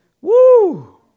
Woo